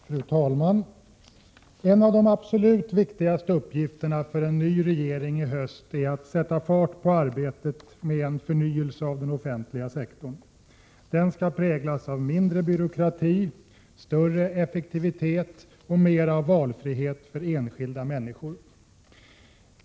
Fru talman! En av de absolut viktigaste uppgifterna för en ny regering i höst är att sätta fart på arbetet med en förnyelse av den offentliga sektorn. Denna skall präglas av mindre byråkrati, större effektivitet och mer av valfrihet för enskilda människor.